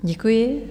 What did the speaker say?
Děkuji.